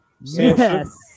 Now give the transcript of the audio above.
Yes